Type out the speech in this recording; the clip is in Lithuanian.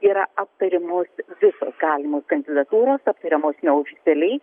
yra aptariamos visos galimos kandidatūros aptariamos neoficialiai